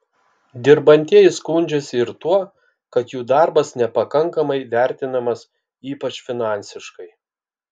dirbantieji skundžiasi ir tuo kad jų darbas nepakankamai vertinamas ypač finansiškai